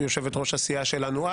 יושבת-ראש הסיעה שלנו אז.